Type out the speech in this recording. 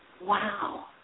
Wow